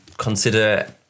consider